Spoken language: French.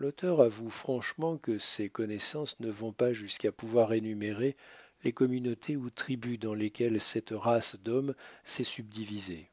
l'auteur avoue franchement que ses connaissances ne vont pas jusqu'à pouvoir énumérer les communautés ou tribus dans lesquelles cette race d'hommes s'est subdivisée